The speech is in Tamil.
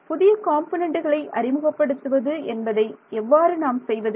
புதிய காம்பொனன்ட்டுகளை அறிமுகப்படுத்துவது என்பதை எவ்வாறு நாம் செய்வது